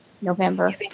November